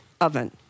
oven